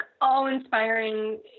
all-inspiring